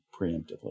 preemptively